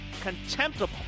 contemptible